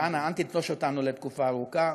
ואנא, אל תיטוש אותנו לתקופה ארוכה.